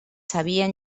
sabien